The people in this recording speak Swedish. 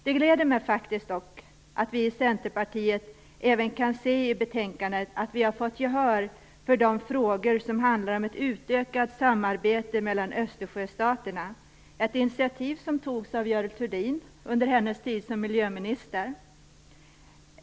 Det gläder mig dock att vi i Centerpartiet även kan se i betänkandet att vi fått gehör för de frågor som handlar om ett utökat samarbete mellan Östersjöstaterna. Det var ett initiativ som togs av Görel Thurdin under hennes tid som miljöminister.